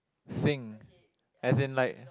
sing as in like